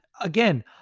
Again